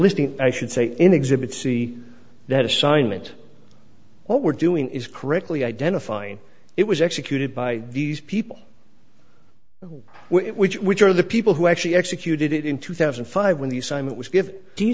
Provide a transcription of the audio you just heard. listening i should say in exhibit see that assignment what we're doing is correctly identifying it was executed by these people which which are the people who actually executed it in two thousand and five when the assignment was give do you